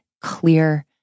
clear